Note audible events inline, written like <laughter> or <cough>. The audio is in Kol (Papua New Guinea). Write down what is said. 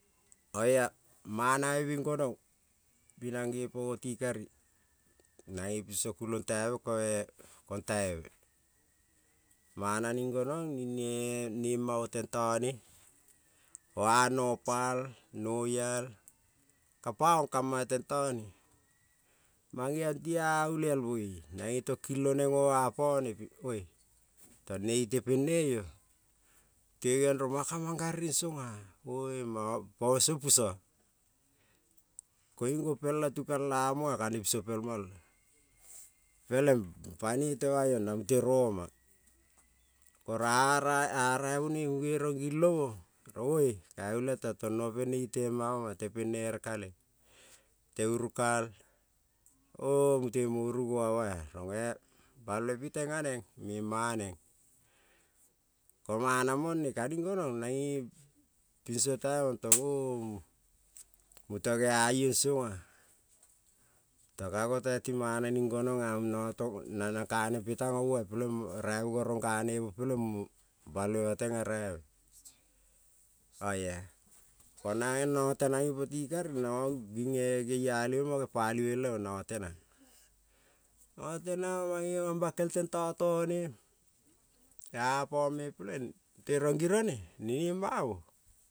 Oia mana ving gonong, bing nange po oti kari na-e piso kulol ta-ve koe kanta-ve, mana ning gonong ning ne nem-ma o tentone o- a- nopal noial ka paong kama tentone, mangeon ti-a olial moi na-eto kilo neng o-apone tong ne tepeno io, geviong rong manga ka mang-gariring song-a <unintelligible> pang song piso, koiung gopel la tukal la-moa ka-ne piso pelmol, peleng tema iong na mute ro-ma ko <unintelligible> a raivonoi muge rong gilo-mo rong ka ulial ta tong nopieng ne tama omang tepelne ere kale, teurukal mute moru goaa-moa rong ve balve piteng aneng mem-ma neng, ko mana mone ka-ning gonong na-e pinso ta-ong tong muta gea iong song-a kai gotai ting mana ning gonong-a na-a tong na nang ka-nempe tang omo-a peleng raivonga rong gane mo peleng mo balvema teng-a raive, oia ko-na-e nanga tenang ipo ti kari nanga ginge geialive mo gepalive le-ong nanga tenang, nanga tenang mange mambakel tento to-ne, a-apam-me peleng tere giro ne ne nem-mamo.